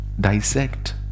dissect